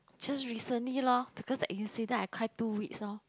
just recently lor because that incident I cry two weeks lor